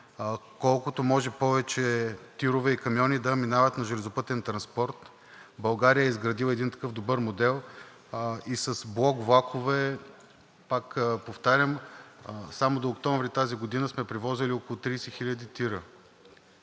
колкото може повече ТИР-ове и камиони да минават на железопътен транспорт. България е изградила един такъв добър модел и с блок-влакове, пак повтарям, само до октомври тази година сме превозили около 30 хиляди